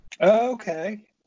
Okay